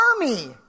army